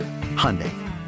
Hyundai